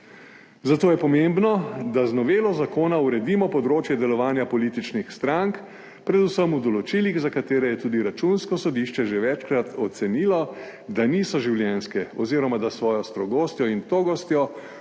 Zato je pomembno, da z novelo zakona uredimo področje delovanja političnih strank predvsem v določilih, za katere je tudi Računsko sodišče že večkrat ocenilo, da niso življenjske oziroma da s svojo strogostjo in togostjo